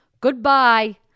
goodbye